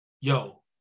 yo